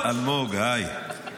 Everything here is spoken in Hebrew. אלמוג, היי.